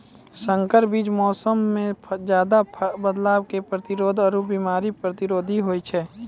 संकर बीज मौसमो मे ज्यादे बदलाव के प्रतिरोधी आरु बिमारी प्रतिरोधी होय छै